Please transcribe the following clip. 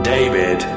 David